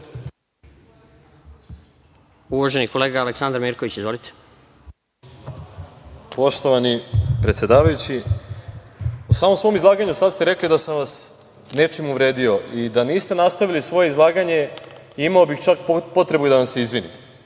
Izvolite. **Aleksandar Mirković** Poštovani predsedavajući, u samom svom izlaganju ste sada rekli da sam vas nečim uvredio i da niste nastavili svoje izlaganje imao bih čak potrebu da vam se izvinim.